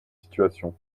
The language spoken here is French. situation